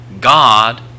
God